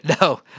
No